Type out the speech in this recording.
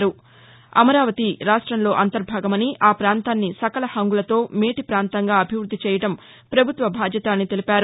అమరావతి రాష్ట్రంలో అంతర్భాగమని ఆ ప్రాంతాన్ని సకల హంగులతో మేటి ప్రాంతంగా అభివృద్ధి చేయడం పభుత్వ బాధ్యత అని తెలిపారు